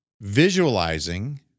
visualizing